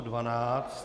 12.